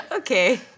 okay